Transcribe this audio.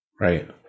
Right